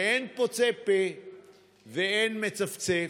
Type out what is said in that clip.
ואין פוצה פה ואין מצפצף,